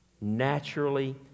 naturally